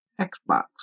Xbox